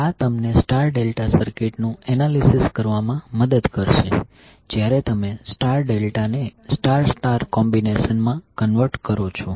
આ તમને star delta સર્કિટનું એનાલિસીસ કરવામાં મદદ કરશે જ્યારે તમે સ્ટાર ડેલ્ટાને સ્ટાર સ્ટાર કોમ્બિનેશન માં કન્વર્ટ કરો છો